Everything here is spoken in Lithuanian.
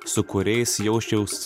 su kuriais jausčiaus